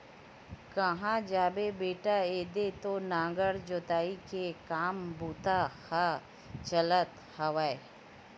काँहा जाबे बेटा ऐदे तो नांगर जोतई के काम बूता ह चलत हवय